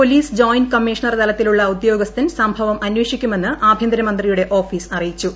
police joint commissioner തലത്തിലുളള ഉദ്യോഗസ്ഥൻ സംഭവം അന്വേഷിക്കുമെന്ന് ആഭൃന്തരമന്ത്രിയുടെ ഓഫീസ് അറിയിച്ചു